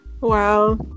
Wow